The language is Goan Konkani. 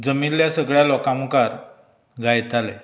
जमिल्ल्या सगळ्यां लोकांक मुखार गायतालें